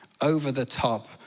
over-the-top